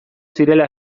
zirela